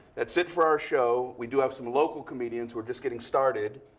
that's it for our show. we do have some local comedians who are just getting started.